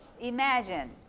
imagine